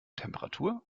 temperatur